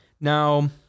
now